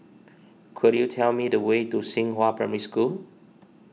could you tell me the way to Xinghua Primary School